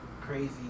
crazy